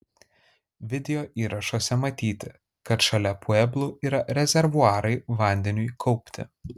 videoįrašuose matyti kad šalia pueblų yra rezervuarai vandeniui kaupti